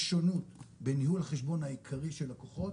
יש שונות בין ניהול החשבון העיקרי של לקוחות